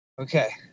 okay